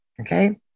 Okay